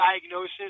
diagnosis